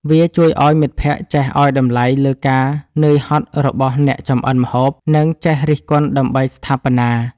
វាជួយឱ្យមិត្តភក្តិចេះឱ្យតម្លៃលើការនឿយហត់របស់អ្នកចម្អិនម្ហូប និងចេះរិះគន់ដើម្បីស្ថាបនា។